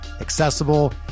accessible